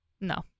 No